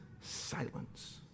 silence